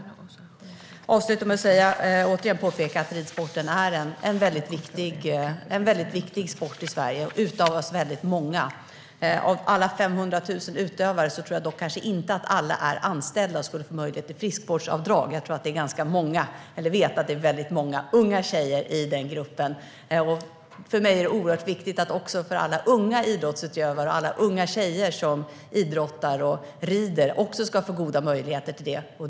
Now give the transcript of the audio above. Jag vill avsluta med att återigen påpeka att ridsporten är en viktig sport i Sverige som utövas av väldigt många. Av alla 500 000 utövare tror jag dock inte att alla är anställda och skulle få möjlighet till friskvårdsavdrag. Jag vet att det finns många unga tjejer i den här gruppen, och för mig är det oerhört viktigt att också alla unga idrottsutövare - alla unga tjejer som idrottar och rider - ska få goda möjligheter.